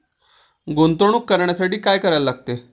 गुंतवणूक करण्यासाठी काय करायला लागते?